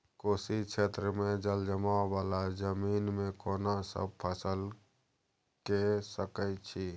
कोशी क्षेत्र मे जलजमाव वाला जमीन मे केना सब फसल के सकय छी?